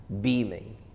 beaming